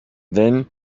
then